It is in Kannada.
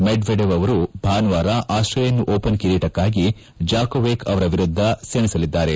ಮೆಡ್ವೇ ಡೇವ್ ಅವರು ಭಾನುವಾರ ಆಸ್ಸೇಲಿಯನ್ ಓಪನ್ ಕಿರೀಟಗಾಗಿ ಜಾಕೋವಿಕ್ ಅವರ ವಿರುದ್ದ ಸೆಣಸಲಿದ್ದಾರೆ